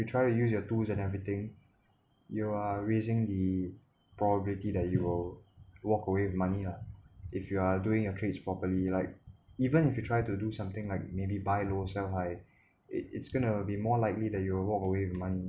you try to use your tools and everything you are raising the probability that you will walk away with money ah if you are doing your trades properly like even if you try to do something like maybe buy low sell high it it's gonna be more likely that you will walk away with money